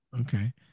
Okay